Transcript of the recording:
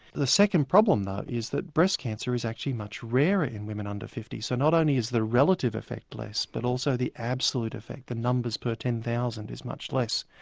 the second problem though is that breast cancer is actually much rarer in women under fifty. so not only is the relative effect less but also the absolute effect, the numbers per ten thousand is much less.